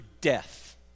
death